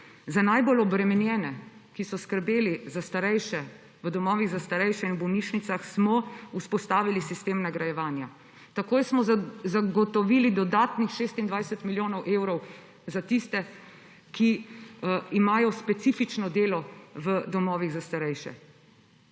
Za najbolj obremenjene, ki so skrbeli za starejše v domovih za starejše in bolnišnicah, smo vzpostavili sistem nagrajevanja. Takoj smo zagotovili dodatnih 26 milijonov evrov za tiste, ki imajo specifično delo v domovih za starejše.